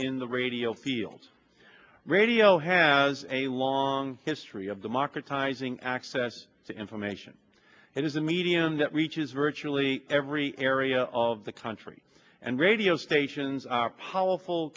in the radio field radio has a long history of democratizing access to information and is a medium that reaches virtually every area of the country and radio stations are powerful